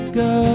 go